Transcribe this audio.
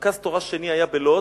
מרכז תורה שני היה בלוד,